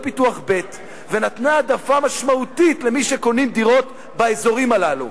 פיתוח ב' ונתנה העדפה משמעותית למי שקונים דירות באזורים הללו.